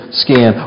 skin